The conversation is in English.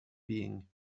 being